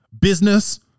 Business